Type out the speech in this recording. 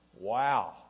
Wow